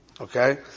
Okay